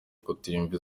kutumvira